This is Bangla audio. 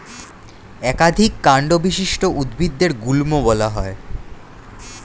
একাধিক কান্ড বিশিষ্ট উদ্ভিদদের গুল্ম বলা হয়